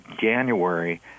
January